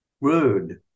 rude